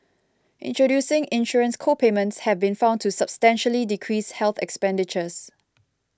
introducing insurance co payments have been found to substantially decrease health expenditures